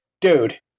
Dude